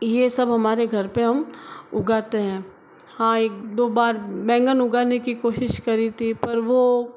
ये सब हमारे घर पे हम उगाते हैं हाँ एक दो बार बैंगन उगाने की कोशिश करी थी पर वो